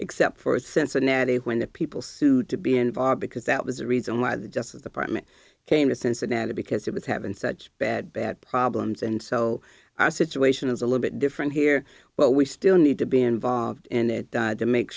except for cincinnati when the people sued to be involved because that was the reason why the justice department came to cincinnati because it would have been such a bad bad problems and so our situation is a little bit different here but we still need to be involved in it to make